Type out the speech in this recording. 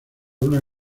una